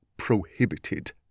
prohibited